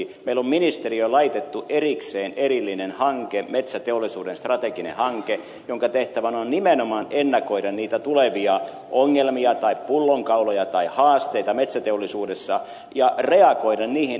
meillä on ministeriö laitettu erikseen erillinen hanke metsäteollisuuden strateginen hanke jonka tehtävänä on nimenomaan ennakoida niitä tulevia ongelmia tai pullonkauloja tai haasteita metsäteollisuudessa ja reagoida niihin edeltä käsin